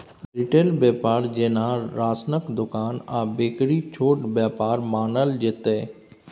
retail बेपार जेना राशनक दोकान आ बेकरी छोट बेपार मानल जेतै